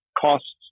costs